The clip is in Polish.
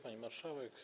Pani Marszałek!